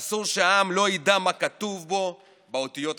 שאסור שהעם לא ידע מה כתוב בו באותיות הקטנות.